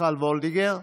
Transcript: מיכל וולדיגר,